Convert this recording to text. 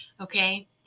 Okay